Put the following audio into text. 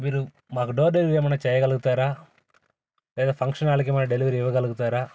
మీరు మాకు door delivery ఏమైనా చేయగలుగుతారా వేరే ఫంక్షన్ హాల్కి ఏమైనా డెలివరీ ఇవ్వగలుగుతారా